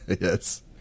Yes